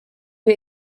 wir